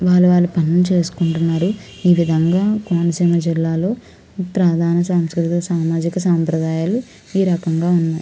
వాళ్ళ వాళ్ళ పనులు చేసుకుంటున్నారు ఈ విధంగా కోనసీమ జిల్లాలో ప్రధాన సంస్థలు సామాజిక సాంప్రదాయాలు ఈ రకంగా ఉన్నాయి